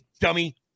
dummy